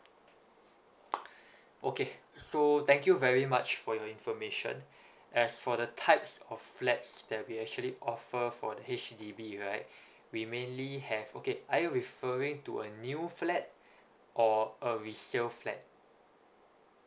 okay so thank you very much for your information as for the types of flats that we actually offer for the H_D_B right we mainly have okay are you referring to a new flat or a resale flat